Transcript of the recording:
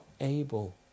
able